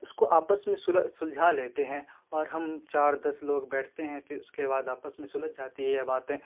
اس کو آپس میں سلجھا لیتے ہیں اور ہم چار دس لوگ بیٹھتے ہیں پھر اس کے بعد آپس میں سلجھ جاتی ہے یہ باتیں